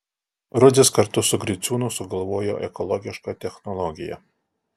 rudzis kartu su griciūnu sugalvojo ekologišką technologiją